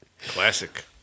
Classic